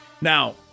Now